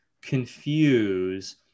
confuse